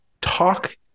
talk